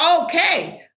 okay